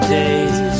days